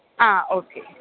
ആ ഓക്കെ